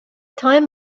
time